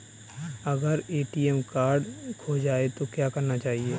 अगर ATM card खो जाए तो क्या करना चाहिए?